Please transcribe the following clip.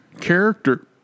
character